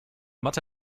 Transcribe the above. mathe